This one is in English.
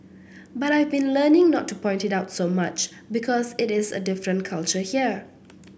but I've been learning not to point it out so much because it is a different culture here